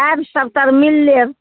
आयब सभतरि मिल लेब